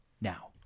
Now